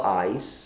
eyes